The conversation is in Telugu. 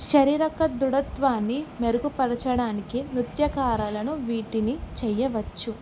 శరీరక దృఢత్వాన్ని మెరుగుపరచడానికి నృత్యకారులు వీటిని చేయవచ్చు